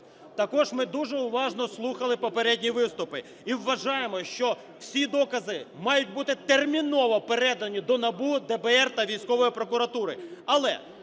Також ми дуже уважно слухали попередній виступи і вважаємо, що всі докази мають бути терміново передані до НАБУ, ДБР та військової прокуратури.